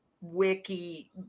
wiki